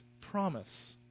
promise